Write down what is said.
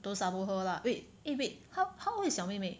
don't sabo her lah wait eh wait how old is 小妹妹